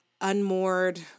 unmoored